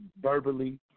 verbally